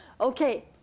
Okay